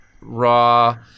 raw